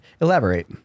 Elaborate